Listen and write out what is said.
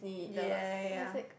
ya ya ya